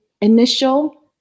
initial